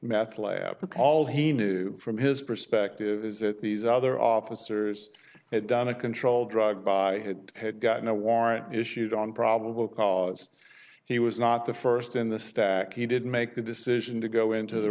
meth lab call he knew from his perspective is that these other officers at down a control drug by had gotten a warrant issued on probable cause he was not the first in the stack he did make the decision to go into the